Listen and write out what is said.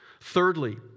Thirdly